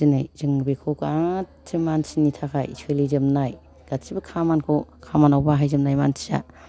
दिनै जों बेखौ गासिबो मानसिनि थाखाय सोलिजोबनाय गासिबो खामानिखौ खामानिआव बाहायजोबनाय मानसिया